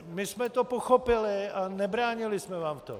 My jsme to pochopili a nebránili jsme vám v tom.